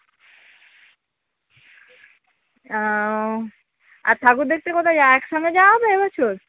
ও আর ঠাকুর দেখতে কোথায় যাওয়া একসঙ্গে যাওয়া হবে এ বছর